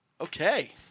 Okay